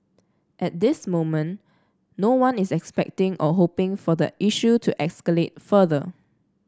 at this moment no one is expecting or hoping for the issue to escalate further